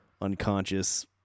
unconscious